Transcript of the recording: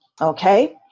Okay